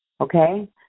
Okay